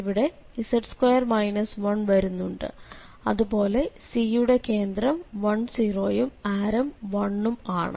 ഇവിടെ വരുന്നുണ്ട് അതുപോലെ C യുടെ കേന്ദ്രം 10 യും ആരം 1 ഉം ആണ്